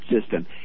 system